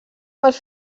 pels